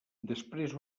després